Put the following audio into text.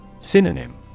Synonym